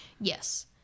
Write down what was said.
yes